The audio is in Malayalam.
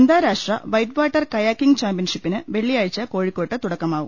അന്താരാഷ്ട്ര വൈറ്റ് വാട്ടർ കയാക്കിംഗ്ചാമ്പ്യൻഷിപ്പിന് വെള്ളിയാഴ്ച കോഴിക്കോട്ട് തുടക്കമാവും